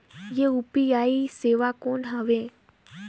ये यू.पी.आई सेवा कौन हवे?